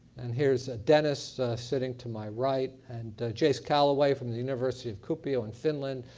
and here's dennis sitting to my right and jace callaway from the university of cupio in finland.